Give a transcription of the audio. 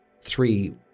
Three